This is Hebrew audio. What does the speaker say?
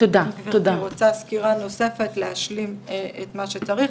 אם גברתי רוצה סקירה נוספת כדי להשלים את מה שצריך,